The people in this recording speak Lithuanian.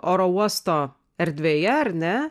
oro uosto erdvėje ar ne